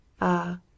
Ah